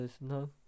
No